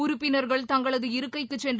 உறுப்பினர்கள் தங்களது இருக்கைக்கு சென்று